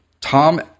Tom